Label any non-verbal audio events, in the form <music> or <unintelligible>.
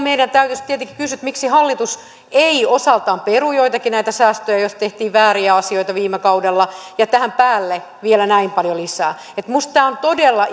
<unintelligible> meidän täytyisi tietenkin kysyä miksi hallitus ei osaltaan peru joitakin näitä säästöjä joissa tehtiin vääriä asioita viime kaudella ja tähän päälle vielä näin paljon lisää minusta tämä on todella <unintelligible>